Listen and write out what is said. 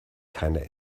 keine